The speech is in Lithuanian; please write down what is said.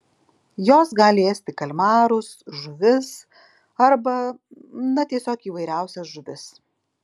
jos gali ėsti kalmarus žuvis arba na tiesiog įvairiausias žuvis